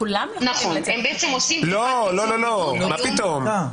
כולם יכולים לצאת --- לא לא לא, מה פתאום.